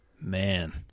Man